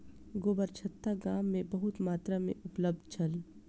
गोबरछत्ता गाम में बहुत मात्रा में उपलब्ध छल